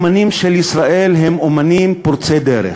האמנים של ישראל הם אמנים פורצי דרך.